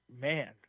Man